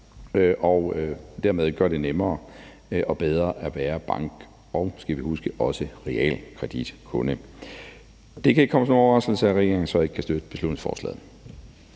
og dermed også gøre det nemmere og bedre at være bank- og også realkreditkunde, og det kan så ikke komme som nogen overraskelse, at regeringen ikke kan støtte beslutningsforslaget.